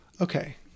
Okay